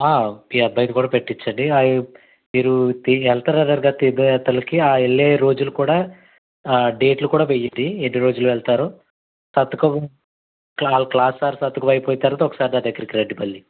మీ అబ్బాయిది కూడా పెట్టించండి మీరు వేళ్తున్నారు కదా తీర్థయాత్రలకి ఆ వెళ్ళే రోజులు కూడా డేట్లు కూడా వెయ్యండి ఎన్ని రోజులు వెళతారు సంతకం వాళ్ళ క్లాస్ సార్ సంతకం అయిపోయిన తర్వాత ఒకసారి నా దగ్గరకి రండి మళ్ళీ